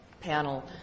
panel